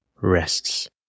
rests